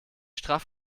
straff